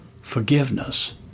forgiveness